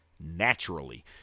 Naturally